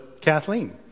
Kathleen